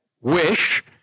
wish